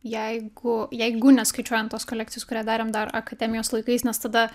jeigu jeigu neskaičiuojant tos kolekcijos kurią darėm dar akademijos laikais nes tada